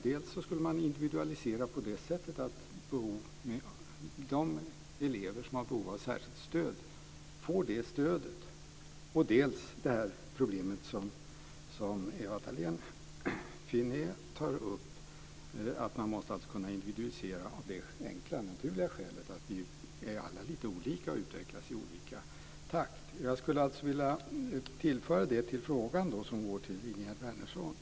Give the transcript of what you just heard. Det handlar dels om att individualisera så att de elever som har behov av särskilt stöd får det stödet, dels om det som Ewa Thalén Finné tog upp om att man måste kunna individualisera av det enkla och naturliga skälet att vi alla är olika och utvecklas i olika takt. Jag skulle alltså vilja tillägga detta till den fråga som går till Ingegerd Wärnersson.